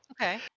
Okay